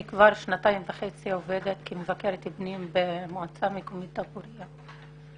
אני כבר שנתיים וחצי עובדת כמבקרת פנים במועצה מקומית דבוריה.